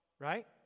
right